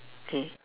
okay